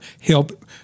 help